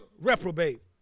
reprobate